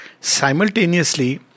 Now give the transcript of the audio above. simultaneously